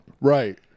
right